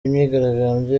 imyigaragambyo